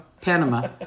Panama